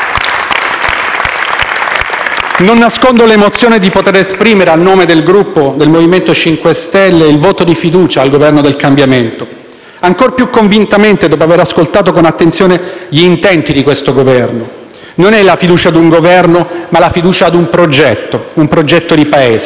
Non nascondo l'emozione di poter esprimere, a nome del Gruppo del Movimento 5 Stelle, il voto di fiducia al Governo del cambiamento, ancora più convintamente dopo avere ascoltato con attenzione gli intenti di questo Governo. Non è la fiducia a un Governo, ma a un progetto di Paese.